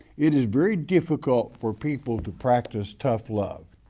it is very difficult for people to practice tough love.